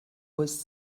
with